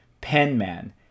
Penman